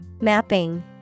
Mapping